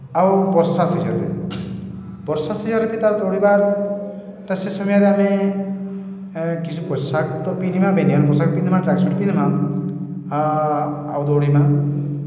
ଆଉ ବର୍ଷା ସିଜନ୍ରେ ବର୍ଷା ସିଜନ୍ରେ ବି ତ ଦୌଡ଼ିବାର୍ଟା ସେ ସମୟରେ ଆମେ କିଛି ପୋଷାକ୍ ତ ପିନ୍ଧିମା ବେନିୟନ୍ ପୋଷାକ୍ ପିନ୍ଧିମା ଟ୍ରାକ୍ ସୁଟ୍ ପିନ୍ଧ୍ମା ଆଉ ଦୌଡ଼ିମା